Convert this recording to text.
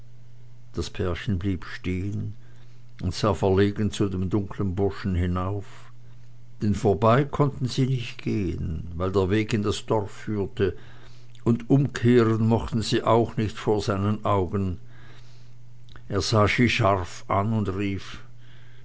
das pärchen blieb stehen und sah verlegen zu dem dunklen burschen hinauf denn vorbei konnten sie nicht gehen weil der weg in das dorf führte und umkehren mochten sie auch nicht vor seinen augen er sah sie scharf an und rief